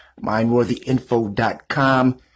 mindworthyinfo.com